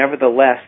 nevertheless